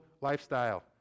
lifestyle